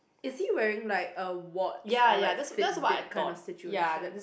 is he wearing like a watch or like fit bit kind of situation